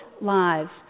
lives